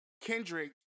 Kendrick